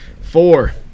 Four